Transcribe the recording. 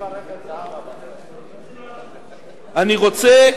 אני רוצה,